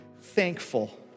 thankful